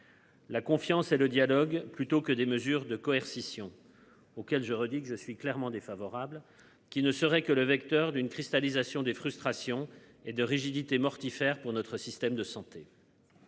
La confiance et le dialogue plutôt que des mesures de coercition auquel je redis que je suis clairement défavorable qui ne serait que le vecteur d'une cristallisation des frustrations et de rigidité mortifère pour notre système de santé.